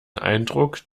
eindruck